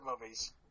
movies